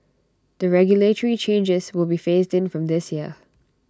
the regulatory changes will be phased in from this year